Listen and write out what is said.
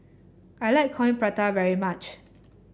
I like Coin Prata very much